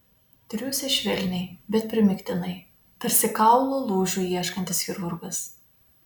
triūsė švelniai bet primygtinai tarsi kaulo lūžių ieškantis chirurgas